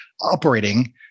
operating